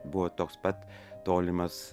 buvo toks pat tolimas